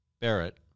Barrett